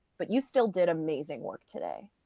but you still did amazing work today.